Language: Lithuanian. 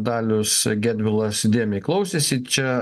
dalius gedvilas įdėmiai klausėsi čia